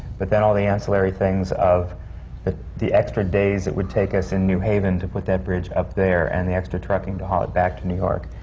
but then, all the ancillary things of the extra days it would take us in new haven to put that bridge up there and the extra trucking to haul it back to new york.